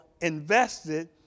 invested